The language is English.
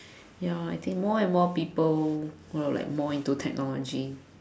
ya I think more and more people will like more into technology